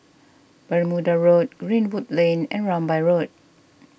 Bermuda Road Greenwood Lane and Rambai Road